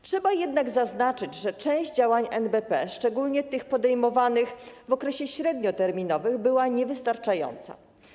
Trzeba jednak zaznaczyć, że część działań NBP, szczególnie tych podejmowanych w okresie średnioterminowym, była niewystarczająca.